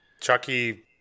Chucky